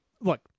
look